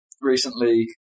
recently